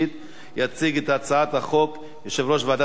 יציג את הצעת החוק יושב-ראש ועדת הכלכלה,